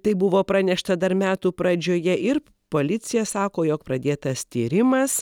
tai buvo pranešta dar metų pradžioje ir policija sako jog pradėtas tyrimas